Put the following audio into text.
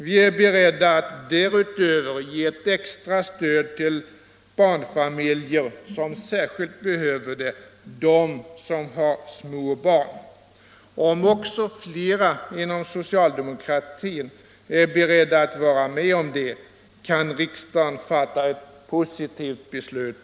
Vi är beredda att därutöver ge ett extra stöd till barnfamiljer som särskilt behöver ett sådant — de som har små barn. Om fler inom socialdemokratin är beredda att vara med på detta kan riksdagen senare i vår fatta ett positivt beslut.